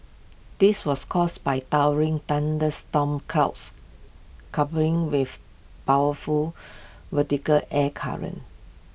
this was caused by towering thunderstorm clouds coupling with powerful vertical air currents